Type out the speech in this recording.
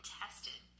tested